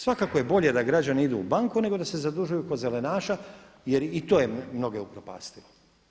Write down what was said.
Svakako je bolje da građani idu u banku nego da se zadužuju kod zelenaša jer i to je mnoge upropastilo.